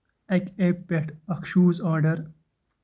اَکہِ ایپ پٮ۪ٹھ اکھ شوٗز آرڈر